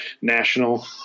national